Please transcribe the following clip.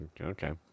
okay